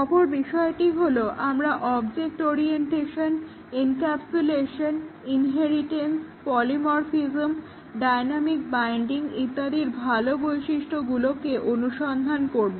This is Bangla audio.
অপর বিষয়টি হলো আমরা object orientation encapsulation inheritance polymorphism dynamic binding ইত্যাদির ভালো বৈশিষ্ট্যগুলোকে অনুসন্ধান করব